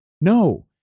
No